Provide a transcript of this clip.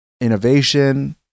innovation